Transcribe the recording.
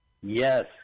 Yes